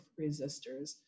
resistors